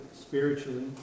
spiritually